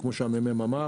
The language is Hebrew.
וכמו שאמר נציג הממ"מ,